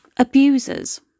Abusers